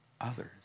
others